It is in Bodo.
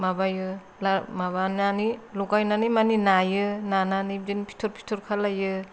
माबायो ला माबानानै लगायनानै माने नायो नानानै बेबादिनो फिथर फिथर खालायो